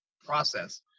process